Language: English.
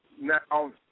Now